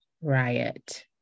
riot